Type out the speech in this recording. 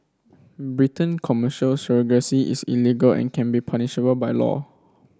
Britain Commercial surrogacy is illegal and can be punishable by law